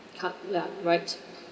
club ya right